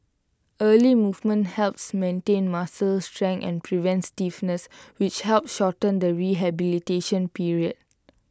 early movement helps maintain muscle strength and prevents stiffness which help shorten the rehabilitation period